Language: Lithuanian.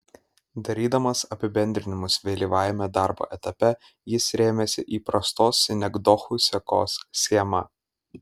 darydamas apibendrinimus vėlyvajame darbo etape jis rėmėsi įprastos sinekdochų sekos schema